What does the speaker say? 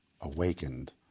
awakened